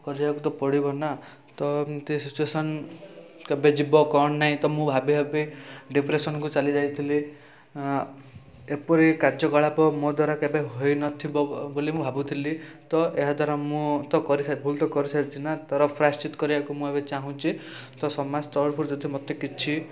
କରିବାକୁ ତ ପଡ଼ିବ ନା ତ ଏମିତି ସିଚୁଏସନ୍ କେବେ ଯିବ କ'ଣ ନାଇଁ ତ ଏମିତି ମୁଁ ଭାବିଭାବି ଡିପ୍ରେସନକୁ ଚାଲି ଯାଇଥିଲି ଏପରି କାର୍ଯ୍ୟକଳାପ ମୋ ଦ୍ୱାରା କେବେ ହୋଇନଥିବ ବୋଲି ମୁଁ ଭାବୁଥିଲି ତ ଏହାଦ୍ୱାରା ମୁଁ ତ କରି ଭୁଲ ତ କରିସାରିଛି ନା ତା'ର ପ୍ରାୟଶ୍ଚିତ କରିବାକୁ ମୁଁ ଏବେ ଚାହୁଁଛି ତ ସମାଜ ତରଫରୁ ଯଦି ମୋତେ କିଛି